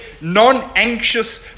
non-anxious